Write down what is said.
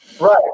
Right